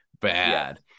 bad